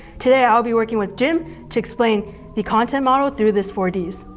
today, i'll be working with jim to explain the content model through this four ds.